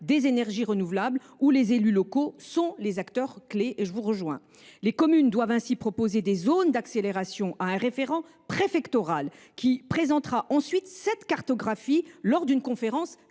des énergies renouvelables dont les élus locaux sont les acteurs clés. Sur ce point, je vous rejoins. Les communes doivent ainsi proposer des zones d’accélération à un référent préfectoral, qui présentera ensuite cette cartographie lors d’une conférence